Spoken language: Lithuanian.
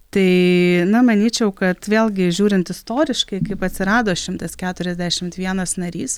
tai na manyčiau kad vėlgi žiūrint istoriškai kaip atsirado šimtas keturiasdešimt vienas narys